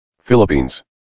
Philippines